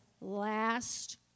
last